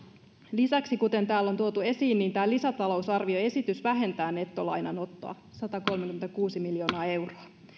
lisäksi kuten täällä on tuotu esiin tämä lisätalousarvioesitys vähentää nettolainanottoa satakolmekymmentäkuusi miljoonaa euroa